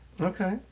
Okay